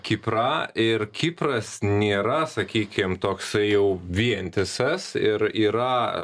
kiprą ir kipras nėra sakykime toks jau vientisas ir yra